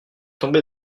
tombé